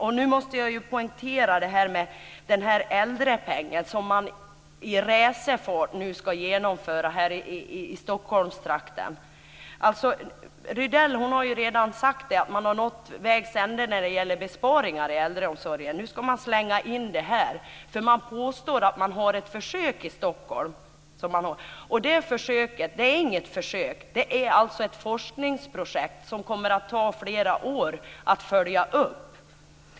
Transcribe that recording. Jag måste poängtera äldrepengen, som man i racerfart nu ska genomföra här i Stockholmstrakten. Birgitta Rydell har redan sagt att man har nått vägs ände när det gäller besparingar i äldreomsorgen. Nu ska man slänga in det här, för man påstår att man har ett försök i Stockholm. Det försöket är inget försök. Det är ett forskningsprojekt som det kommer att ta flera år att följa upp.